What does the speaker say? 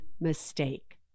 mistake